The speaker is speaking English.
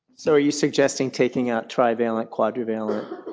so are you suggesting taking out trivalent, quadrivalent,